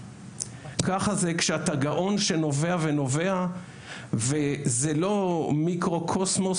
ככה זה כשאתה גאון שנובע ונובע וזה לא מיקרוקוסמוס,